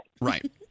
Right